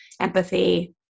empathy